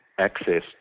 Access